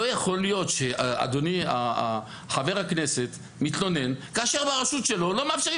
לא יכול להיות שאדוני חבר הכנסת מתלונן כאשר ברשות שלו לא מאפשרים